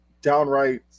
downright